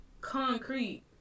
concrete